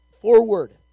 forward